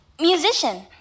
musician